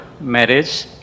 marriage